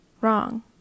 Wrong